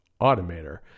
Automator